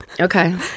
Okay